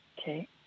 Okay